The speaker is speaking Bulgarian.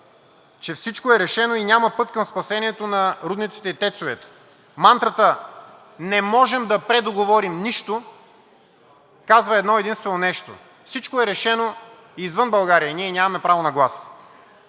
че всичко е решено и няма път към спасението на рудниците и тецовете. Мантрата „Не можем да предоговорим нищо“ казва едно единствено нещо – всичко е решено извън България, ние нямаме право на глас.